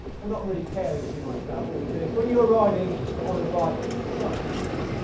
for not really caring too much about all of this when you are riding on a bike such as this.